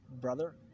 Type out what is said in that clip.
brother